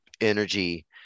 energy